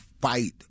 fight